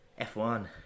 F1